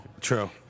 True